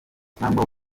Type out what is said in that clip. cyangwa